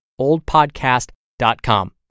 oldpodcast.com